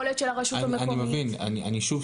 יכולת של הרשות המקומית וכו'.